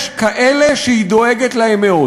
יש כאלה שהיא דואגת להם מאוד: